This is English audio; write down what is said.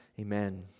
Amen